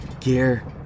gear